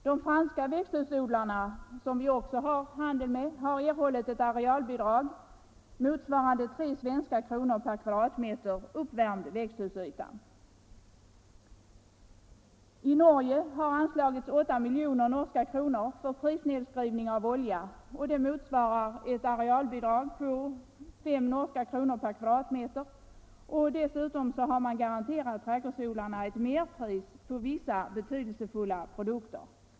De franska växthusodlarna har erhållit ett arealbidrag motsvarande 3 svenska kronor per kvadratmeter uppvärmd växthusyta. I Norge har anslagits 8 miljoner norska kronor för prisnedskrivning av olja, vilket motsvarar ett arealbidrag på 5 norska kronor per kvadratmeter. Dessutom har man garanterat trädgårdsodlarna ett merpris på vissa betydelsefulla produkter.